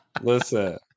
Listen